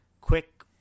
quick